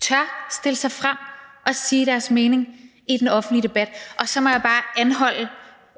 tør stille sig frem og sige deres mening i den offentlige debat. Så må jeg bare anholde